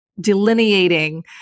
delineating